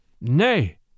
Nay